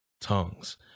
tongues